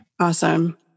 Awesome